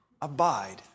Abide